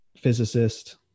Physicist